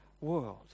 world